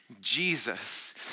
Jesus